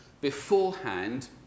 beforehand